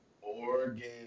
Oregon